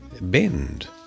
bend